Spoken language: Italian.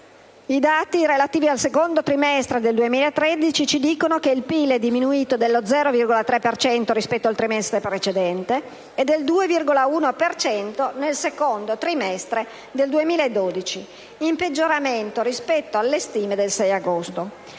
I dati relativi al secondo trimestre 2013 ci dicono che il PIL è diminuito dello 0,3 per cento rispetto al trimestre precedente e del 2,1 per cento rispetto al secondo trimestre del 2012, in peggioramento rispetto alle stime del 6 agosto.